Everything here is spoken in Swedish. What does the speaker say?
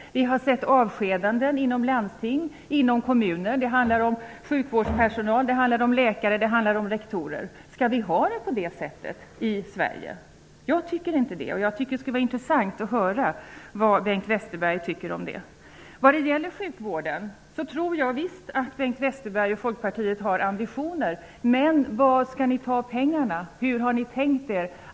Vi har sett avskedanden inom landsting och kommuner. Det handlar om sjukvårdspersonal, läkare och rektorer. Skall vi ha det på det sättet i Sverige? Jag tycker inte det, och jag tycker att det skulle vara intressant att höra vad Bengt Westerberg tycker om det. När det gäller sjukvården tror jag visst att Bengt Westerberg och Folkpartiet har ambitioner, men hur har ni tänkt er att det skall finansieras?